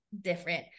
different